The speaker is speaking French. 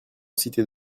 citer